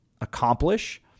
accomplish